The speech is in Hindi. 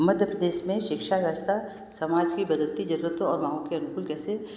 मध्य प्रदेश में शिक्षा व्यवस्था समाज की बदलती जरूरतों और गाँवों के अनुकूल कैसे